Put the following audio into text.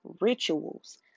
rituals